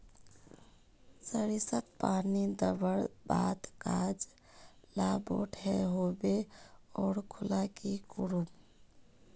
सरिसत पानी दवर बात गाज ला बोट है होबे ओ खुना की करूम?